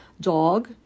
dog